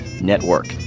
Network